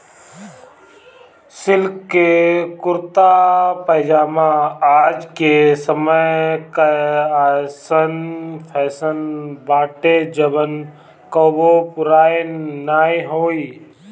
silk के कुरता पायजामा आज के समय कअ अइसन फैशन बाटे जवन कबो पुरान नाइ होई